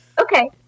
okay